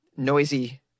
Noisy